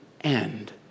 end